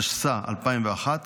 התשס"א 2001,